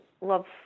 love